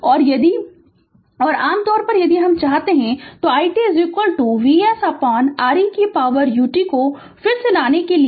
तो और यदि और आम तौर पर यदि चाहते हैं तो i t VsR e कि पॉवर ut को फिर से लाने के लिए